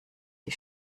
die